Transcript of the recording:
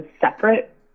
separate